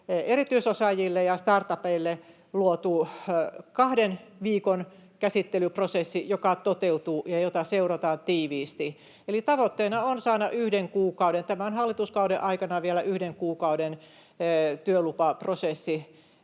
erityisosaajille ja startupeille luotu kahden viikon käsittelyprosessi, joka toteutuu ja jota seurataan tiiviisti. Eli tavoitteena on saada tämän hallituskauden aikana vielä yhden kuukauden työlupaprosessi